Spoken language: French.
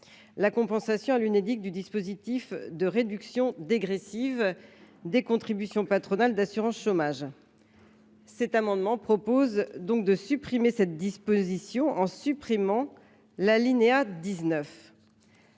la compensation à l’Unédic du dispositif de réduction dégressive des contributions patronales d’assurance chômage. Cet amendement a pour objet de supprimer cette disposition. Nous avons en